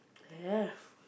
I have